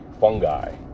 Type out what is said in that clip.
fungi